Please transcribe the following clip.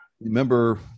remember